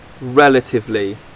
relatively